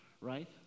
right